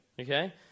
okay